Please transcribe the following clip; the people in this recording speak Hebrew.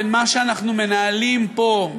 בין מה שאנחנו מנהלים פה,